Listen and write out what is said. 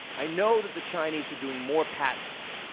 i know that the chinese are doing more patents.